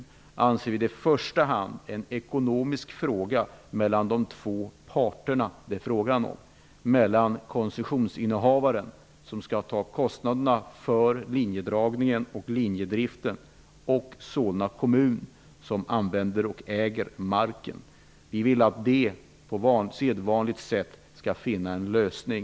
Vi anser att det i första hand är en ekonomisk fråga mellan de två parterna, dvs. mellan koncessionsinnehavaren som skall ta kostnaderna för linjedragningen och linjedriften och Solna kommun som använder och äger marken. Vi vill att parterna på sedvanligt sätt skall finna en lösning.